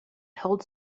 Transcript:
told